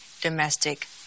domestic